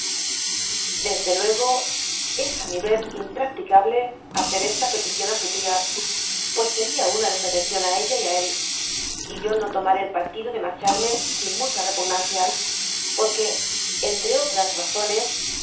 desde laego es á mi rer impracticable hacer esta petición á su tia pues seria una desatención á ella y á él y yo no tomaré el partido de marcharme sin mucha repugnancia por que entre otras razones